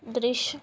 ਦ੍ਰਿਸ਼